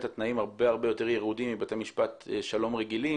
אתם מצפים שהעם יכבד את הפסיקות של בית המשפט ולכבוד האדם,